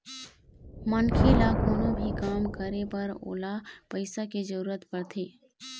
मनखे ल कोनो भी काम करे बर ओला पइसा के जरुरत पड़थे